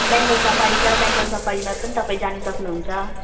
Bengal safari छ बेङ्गाल सफारीमा पनि तपाईँ जानु सक्नुहुन्छ